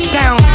down